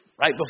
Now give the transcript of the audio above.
right